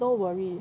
no worry